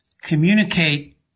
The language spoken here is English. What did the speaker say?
communicate